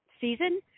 season